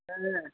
ஆ